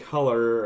Color